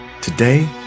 today